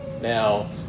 now